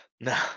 no